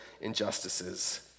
injustices